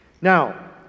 Now